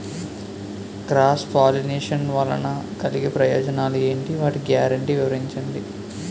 Cross pollination వలన కలిగే ప్రయోజనాలు ఎంటి? వాటి గ్యారంటీ వివరించండి?